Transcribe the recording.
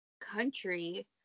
country